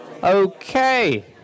Okay